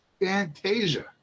fantasia